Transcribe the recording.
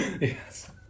Yes